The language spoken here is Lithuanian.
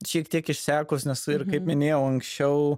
šiek tiek išsekus nes kaip minėjau anksčiau